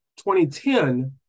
2010